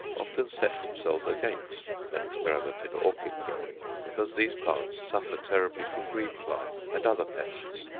often set themselves against an experiment in orchid-growing because these plants suffer terribly from green-fly and other pests,